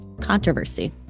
controversy